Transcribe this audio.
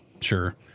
sure